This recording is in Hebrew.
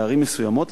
בערים מסוימות,